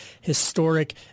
historic